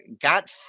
got